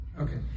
Okay